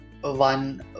one